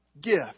gift